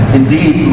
indeed